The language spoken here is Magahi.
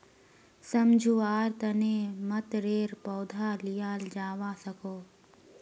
सम्झुआर तने मतरेर पौधा लियाल जावा सकोह